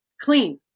Clean